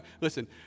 Listen